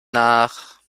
nach